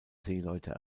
seeleute